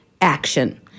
action